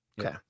Okay